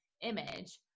image